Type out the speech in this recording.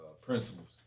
principles